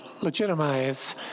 legitimize